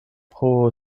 pro